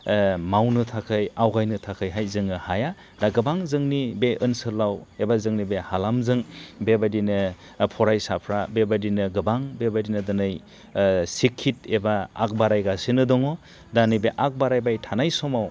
मावनो थाखाय आवगायनो थाखायहाय जोङो हाया दा गोबां जोंनि बे ओनसोलाव एबा जोंनि बे हालामजों बेबादिनो फरायसाफ्रा बेबादिनो गोबां बेबादिनो दिनै सिक्षिद एबा आग बारायगासिनो दङ दा नैबे आग बारायबाय थानाय समाव